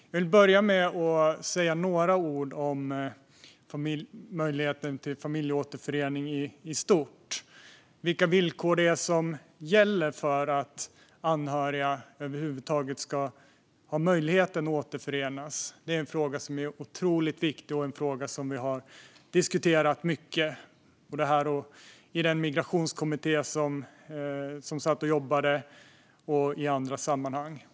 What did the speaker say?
Jag vill börja med att säga några ord om möjligheten till familjeåterförening i stort och vilka villkor det är som gäller för att anhöriga över huvud taget ska ha möjlighet att återförenas. Det är en fråga som är otroligt viktig och som vi har diskuterat mycket, både här och i den migrationskommitté som satt och jobbade samt i andra sammanhang.